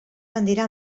bandera